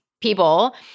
people